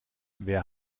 wer